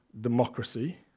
democracy